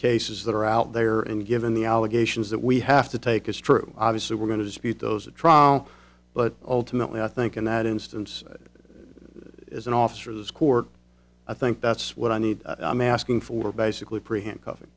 cases that are out there and given the allegations that we have to take is true obviously we're going to dispute those a trial but ultimately i think in that instance it is an officer's court i think that's what i need i'm asking for basically